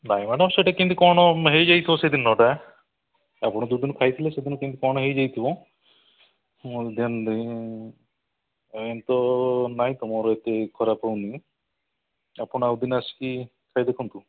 ନାହିଁ ମ୍ୟାଡ଼ାମ୍ ସେଇଟା କେମିତି କ'ଣ ହେଇଯାଇଥିବ ସେ ଦିନଟା ଆପଣ ଯେଉଁଦିନ ଖାଇଥିଲେ ସେଦିନ କେମିତି କ'ଣ ହେଇଯାଇଥିବ ନାହିଁ ତ ମୋର ଏତେ ଖରାପ ହେଉନି ଆପଣ ଆଉ ଦିନେ ଆସିକି ଖାଇ ଦେଖନ୍ତୁ